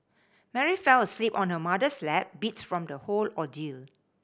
Mary fell asleep on her mother's lap beat from the whole ordeal